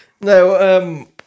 No